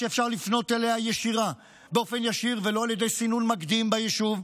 אפשר לפנות אליה באופן ישיר ולא על ידי סינון מקדים ביישוב.